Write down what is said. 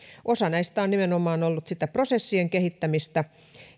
osa näistä on nimenomaan ollut sitä prosessien kehittämistä